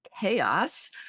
chaos